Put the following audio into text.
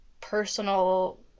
personal